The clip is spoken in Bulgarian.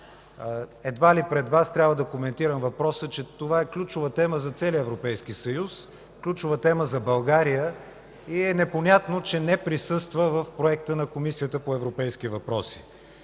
Едва ли пред Вас трябва да коментирам въпроса, че това е ключова тема за целия Европейски съюз, ключова тема за България и е непонятно, че не присъства в Проекта на Комисията по европейските въпроси